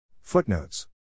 Footnotes